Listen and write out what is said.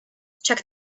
check